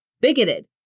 bigoted